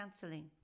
Counselling